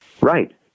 Right